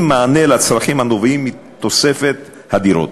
מענה לצרכים הנובעים מתוספת הדירות.